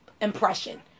impression